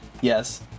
yes